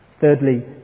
Thirdly